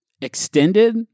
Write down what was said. extended